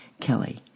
Kelly